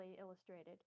illustrated